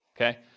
okay